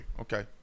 okay